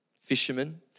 fishermen